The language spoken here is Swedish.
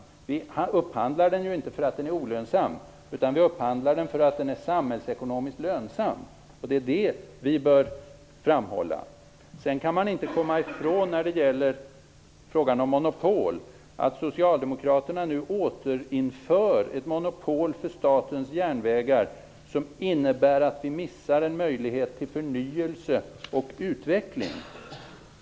Vi upphandlar den inte därför att den är olönsam, utan vi upphandlar den därför att den är samhällsekonomiskt lönsam. Det bör vi framhålla. Man kan inte, när det gäller monopol, inte komma ifrån att socialdemokraterna nu återinför ett monopol för Statens järnvägar, som innebär att vi missar en möjlighet till förnyelse och utveckling.